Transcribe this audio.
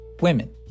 Women